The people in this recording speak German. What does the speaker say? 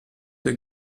der